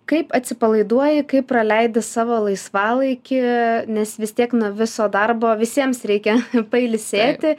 kaip atsipalaiduoji kaip praleidi savo laisvalaikį nes vis tiek nuo viso darbo visiems reikia pailsėti